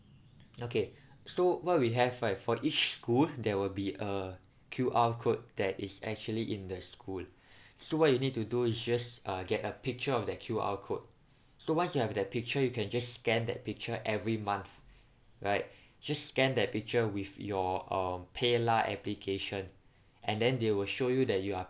okay so what we have right for each school there will be a Q_R code that is actually in the school so what you need to do is just uh get a picture of that Q_R code so once you have that picture you can just scan that picture every month right just scan that picture with your um paylah application and then they will show you that you are